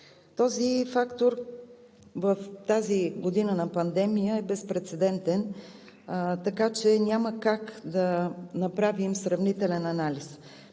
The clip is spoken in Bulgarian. Този фактор в тази година на пандемия е безпрецедентен, така че няма как да направим сравнителен анализ.